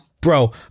bro